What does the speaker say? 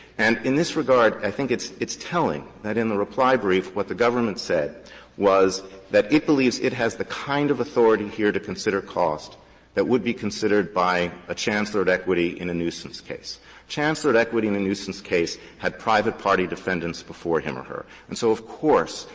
and in this regard, i think it's it's telling that in the reply brief, what the government said was that it believes it has the kind of authority here to consider cost that would be considered by a chancellor at equity in a nuisance case. a chancellor at equity in a nuisance case had private party defendants before him or her. and so, of course,